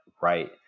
right